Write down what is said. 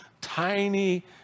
tiny